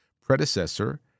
predecessor